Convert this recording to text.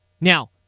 Now